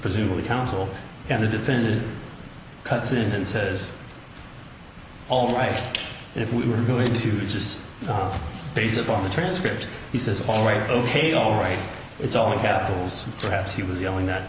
presumably counsel and the defendant cuts in and says all right if we were going to just base upon the transcript he says all right ok all right it's all the capitals perhaps he was yelling that